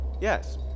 Yes